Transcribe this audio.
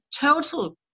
total